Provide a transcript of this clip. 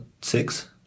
six